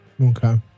Okay